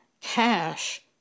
cash